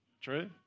True